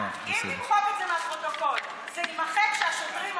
זה מחלחל.